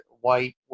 White